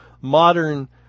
modern